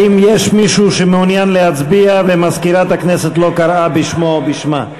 האם יש מישהו שמעוניין להצביע ומזכירת הכנסת לא קראה בשמו או בשמה?